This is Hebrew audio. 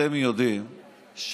אתם יודעים,